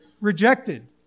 rejected